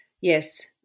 yes